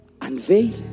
Unveil